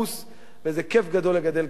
וזה כיף גדול לגדל כלב כזה.